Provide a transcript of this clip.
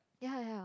ya ya